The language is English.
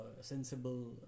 sensible